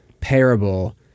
parable